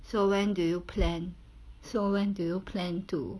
so when do you plan so when do you plan to